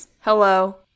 Hello